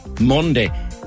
Monday